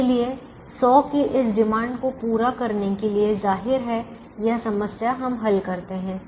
इसलिए सौ की इस डिमांड को पूरा करने के लिए जाहिर है यह समस्या हम हल करते हैं